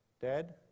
dad